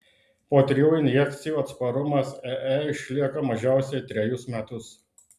po trijų injekcijų atsparumas ee išlieka mažiausiai trejus metus